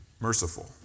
Merciful